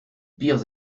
pires